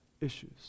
issues